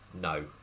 No